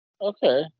Okay